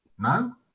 No